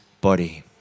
body